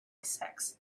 sex